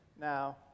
now